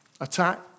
Attack